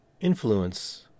influence